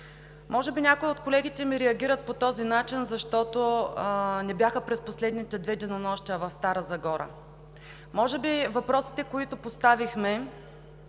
Може би някои от колегите ми реагират по този начин, защото не бяха през последните две денонощия в Стара Загора. Може би въпросите, които поставихме,